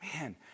Man